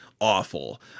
awful